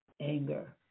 anger